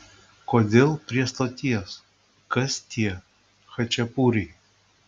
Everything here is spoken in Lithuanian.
kodėl prie stoties kas tie chačapuriai